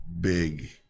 big